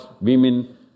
women